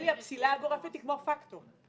הפסילה הגורפת היא כמו פקטור.